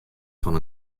fan